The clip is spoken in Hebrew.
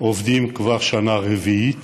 עובדים כבר שנה רביעית